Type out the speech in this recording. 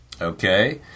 Okay